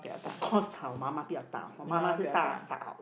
of course 我妈妈比较大我妈妈是大